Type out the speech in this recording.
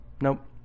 Nope